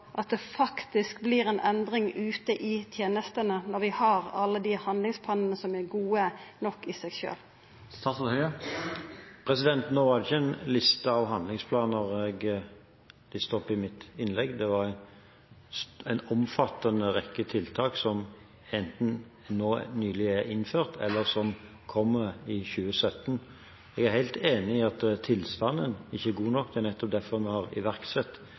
at det faktisk skal verta ei endring ute i tenestene når vi har alle dei handlingsplanane som er gode nok i seg sjølve? Det var ikke en liste over handlingsplaner jeg listet opp i mitt innlegg. Det var en omfattende rekke tiltak som enten nylig er innført, eller som kommer i 2017. Jeg er helt enig i at tilstanden ikke er god nok. Det er nettopp derfor vi har iverksatt